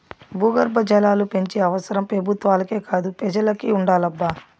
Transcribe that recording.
భూగర్భ జలాలు పెంచే అవసరం పెబుత్వాలకే కాదు పెజలకి ఉండాలబ్బా